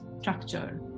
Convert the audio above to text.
structure